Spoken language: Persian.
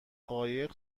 قایق